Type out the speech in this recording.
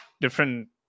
different